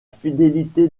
fidélité